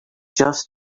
just